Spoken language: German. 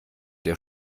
der